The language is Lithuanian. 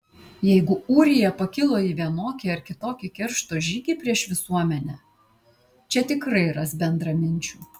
jeigu ūrija pakilo į vienokį ar kitokį keršto žygį prieš visuomenę čia tikrai ras bendraminčių